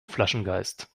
flaschengeist